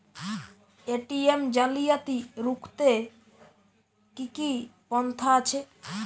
ATM জালিয়াতি রুখতে কি কি পন্থা আছে?